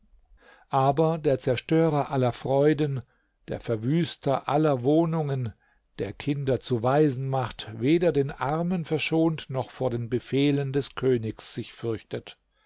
aber der zerstörer aller freuden der verwüster aller wohnungen der kinder zu waisen macht weder den armen verschont noch vor den befehlen des königs sich fürchtet